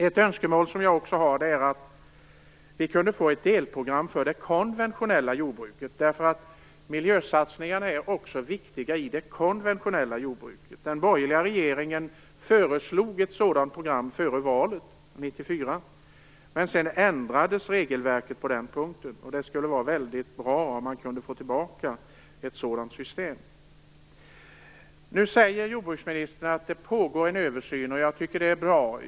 Ett önskemål som jag också har är att vi skulle få ett delprogram för det konventionella jordbruket, eftersom miljösatsningarna är viktiga också i det konventionella jordbruket. Den borgerliga regeringen föreslog ett sådant program före valet 1994. Men sedan ändrades regelverket på den punkten. Det skulle vara mycket bra om man kunde få tillbaka ett sådant system. Nu säger jordbruksministern att det pågår en översyn, och jag tycker att det är bra.